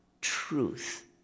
truth